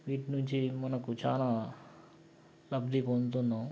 వీటి నుంచి మనకు చాలా లబ్ది పొందుతున్నాం